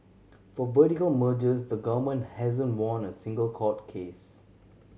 for vertical mergers the government hasn't won a single court case